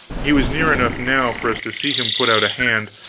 he was near enough now for us to see him put out a hand,